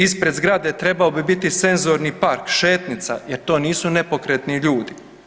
Ispred zgrade trebao bi biti senzorni park, šetnica, jer to nisu nepokretni ljudi.